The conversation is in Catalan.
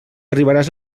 arribaràs